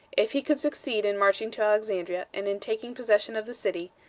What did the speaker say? if he could succeed in marching to alexandria and in taking possession of the city,